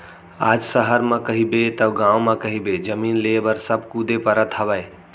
आज सहर म कहिबे तव गाँव म कहिबे जमीन लेय बर सब कुदे परत हवय